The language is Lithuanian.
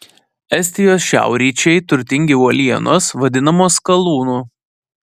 estijos šiaurryčiai turtingi uolienos vadinamos skalūnu